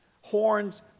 Horns